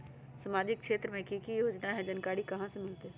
सामाजिक क्षेत्र मे कि की योजना है जानकारी कहाँ से मिलतै?